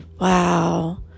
wow